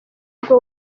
bwo